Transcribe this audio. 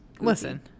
Listen